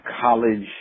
college